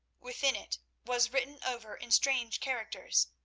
within it was written over in strange characters.